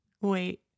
wait